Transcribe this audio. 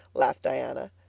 laughed diana.